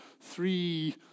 three